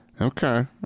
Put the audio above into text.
okay